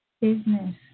business